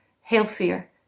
healthier